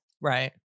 Right